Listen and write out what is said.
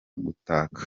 gutaka